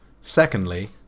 Secondly